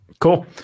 Cool